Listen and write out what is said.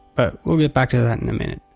but we'll get back to that in a minute